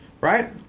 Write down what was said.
right